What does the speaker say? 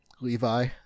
levi